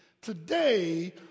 today